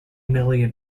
million